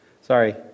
Sorry